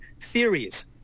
theories